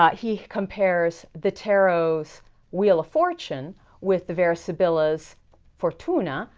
he compares the tarot's wheel of fortune with the vera sibilla's fortuna,